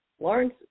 Lawrence